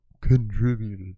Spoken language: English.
contributed